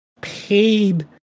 paid